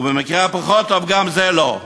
ובמקרה הפחות טוב, גם זה לא.